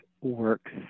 works